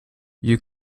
you